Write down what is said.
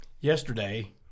Yesterday